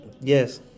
Yes